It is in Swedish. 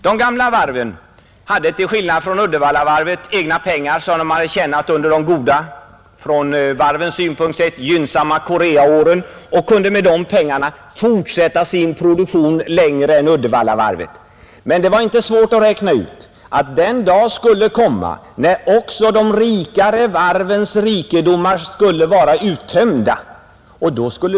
De gamla varven hade till skillnad från Uddevallavarvet egna pengar, som de hade tjänat under de från varvssynpunkt sett gynnsamma Koreaåren,. De kunde fortsätta sin produktion längre än Uddevallavarvet. Men den dag skulle komma när också de rikare varvens rikedomar skulle vara uttömda.